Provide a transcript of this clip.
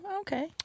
okay